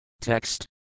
Text